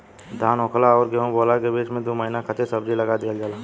धान होखला अउरी गेंहू बोअला के बीच में दू महिना खातिर सब्जी लगा दिहल जाला